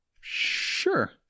Sure